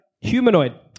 Humanoid